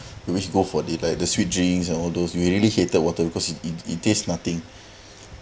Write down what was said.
you wish go for the like the sweet drinks and all those you really hated water because it it it taste nothing